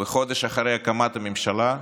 וחודש אחרי הקמת הממשלה,